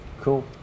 Cool